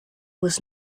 was